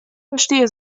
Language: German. verstehe